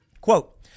Quote